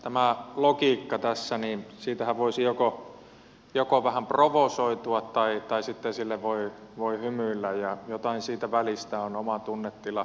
tästä logiikastahan tässä voisi vähän provosoitua tai sitten sille voi hymyillä ja jotain siitä välistä on oma tunnetila